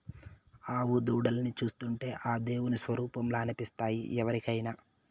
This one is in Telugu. ఆవు దూడల్ని చూస్తుంటే ఆ దేవుని స్వరుపంలా అనిపిస్తాయి ఎవరికైనా